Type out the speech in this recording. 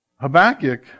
Habakkuk